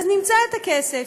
אז נמצא את הכסף.